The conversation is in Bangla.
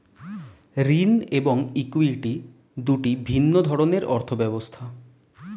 ঋণ এবং ইক্যুইটি দুটি ভিন্ন ধরনের অর্থ ব্যবস্থা